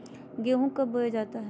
गेंहू कब बोया जाता हैं?